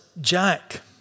Jack